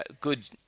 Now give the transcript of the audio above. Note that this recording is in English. good